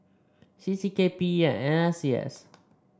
CC K P E and N C S